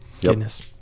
Goodness